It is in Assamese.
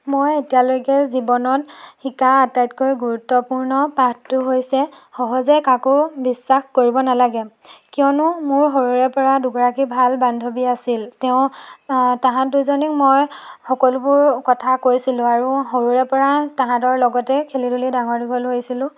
মই এতিয়ালৈকে জীৱনত শিকা আটাইতকৈ গুৰুত্বপূৰ্ণ পাঠটো হৈছে সহজে কাকো বিশ্বাস কৰিব নালাগে কিয়নো মোৰ সৰুৰে পৰা দুগৰাকী ভাল বান্ধৱী আছিল তেওঁ তাহাঁত দুজনীক মই সকলোবোৰ কথা কৈছিলোঁ আৰু সৰুৰে পৰা তাহাঁতৰ লগতে খেলি ধূলি ডাঙৰ দীঘল হৈছিলোঁ